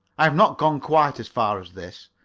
i have not gone quite as far as this.